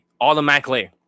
Automatically